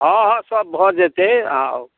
हँ हँ सभ भऽ जेतै अहाँ आउ